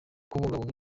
kubungabunga